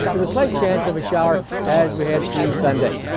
with a slight chance of a shower as we head through sunday.